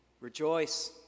Rejoice